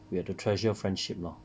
we have to treasure friendship lor